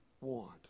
want